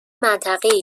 منطقهای